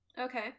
Okay